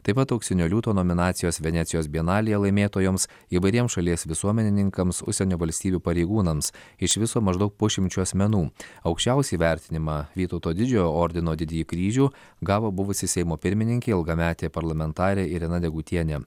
taip pat auksinio liūto nominacijos venecijos bienalėje laimėtojoms įvairiems šalies visuomenininkams užsienio valstybių pareigūnams iš viso maždaug pusšimčiu asmenų aukščiausią įvertinimą vytauto didžiojo ordino didįjį kryžių gavo buvusi seimo pirmininkė ilgametė parlamentarė irena degutienė